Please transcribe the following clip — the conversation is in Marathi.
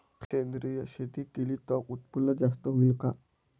सेंद्रिय शेती केली त उत्पन्न जास्त होईन का?